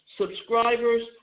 subscribers